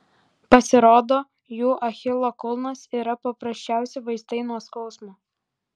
pasirodo jų achilo kulnas yra paprasčiausi vaistai nuo skausmo